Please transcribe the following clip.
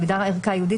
בהגדרת "ערכה ייעודית",